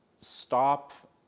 stop